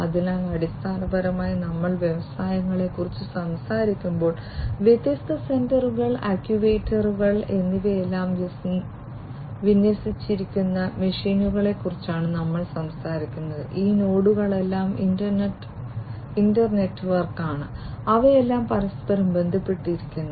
അതിനാൽ അടിസ്ഥാനപരമായി നമ്മൾ വ്യവസായങ്ങളെക്കുറിച്ച് സംസാരിക്കുമ്പോൾ വ്യത്യസ്ത സെൻസറുകൾ ആക്യുവേറ്ററുകൾ എന്നിവയെല്ലാം വിന്യസിച്ചിരിക്കുന്ന മെഷീനുകളെക്കുറിച്ചാണ് നമ്മൾ സംസാരിക്കുന്നത് ഈ നോഡുകളെല്ലാം ഇന്റർ നെറ്റ്വർക്കാണ് അവയെല്ലാം പരസ്പരം ബന്ധപ്പെട്ടിരിക്കുന്നു